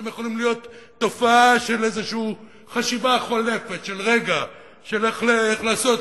כי הם יכולים להיות תופעה של איזושהי חשיבה חולפת של רגע של איך לעשות,